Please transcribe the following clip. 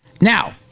Now